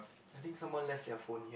I think someone left their phone here